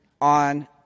on